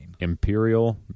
imperial